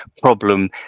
problem